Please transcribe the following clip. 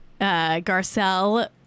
Garcelle